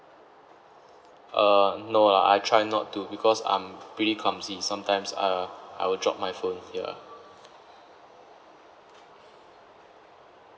uh no lah I try not to because I'm really clumsy sometimes uh I will drop my phone ya